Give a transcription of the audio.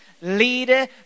leader